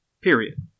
period